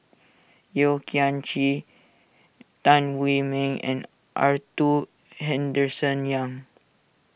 Yeo Kian Chye Tan Meng and Arthur Henderson Young